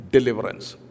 Deliverance